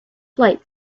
flight